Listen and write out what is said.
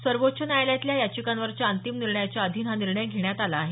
सर्वोच्च न्यायालयातल्या याचिकांवरच्या अंतिम निर्णयाच्या अधीन हा निर्णय घेण्यात आला आहे